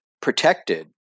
protected